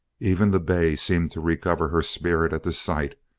even the bay seemed to recover her spirit at the sight.